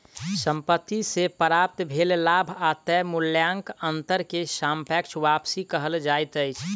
संपत्ति से प्राप्त भेल लाभ आ तय मूल्यक अंतर के सापेक्ष वापसी कहल जाइत अछि